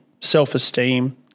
self-esteem